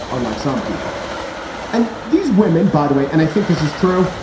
unlike some people and these women, by the way, and i think this is true.